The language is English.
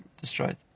destroyed